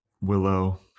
Willow